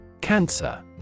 Cancer